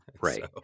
Right